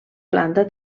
planta